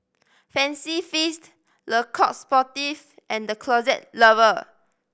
Fancy Feast Le Coq Sportif and The Closet Lover